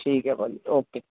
ਠੀਕ ਹੈ ਭਾਜੀ ਓਕੇ